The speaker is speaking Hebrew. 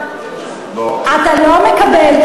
אתה לא מקבל.